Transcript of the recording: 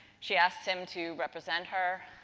she asked him to represent her.